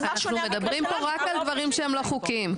אנחנו מדברים כאן רק על דברים שהם לא חוקיים.